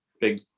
big